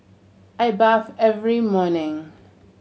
I bathe every morning